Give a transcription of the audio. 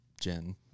Jen